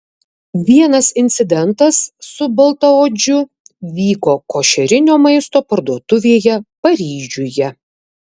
vienas incidentas su baltaodžiu vyko košerinio maisto parduotuvėje paryžiuje